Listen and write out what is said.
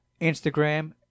instagram